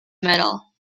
medal